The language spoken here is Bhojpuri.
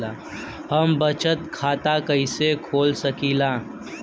हम बचत खाता कईसे खोल सकिला?